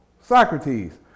Socrates